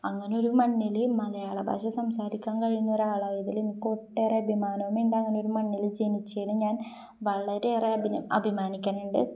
അങ്ങനെയൊരു മണ്ണിൽ മലയാള ഭാഷ സംസാരിക്കാൻ കഴിയുന്ന ഒരാൾ ആയതിൽ എനിക്ക് ഒട്ടേറെ അഭിമാനമുണ്ട് അങ്ങനെയൊരു മണ്ണിൽ ജനിച്ചതിൽ ഞാൻ വളരെയേറെ അഭിമാനിക്കുന്നുണ്ട്